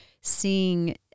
seeing